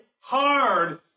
hard